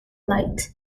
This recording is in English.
light